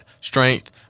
strength